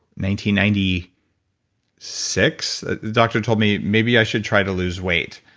ninety ninety six. the doctor told me maybe i should try to lose weight,